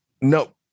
No